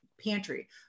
Pantry